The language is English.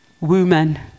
woman